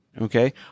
Okay